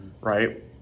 Right